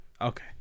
Okay